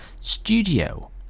Studio